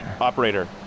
Operator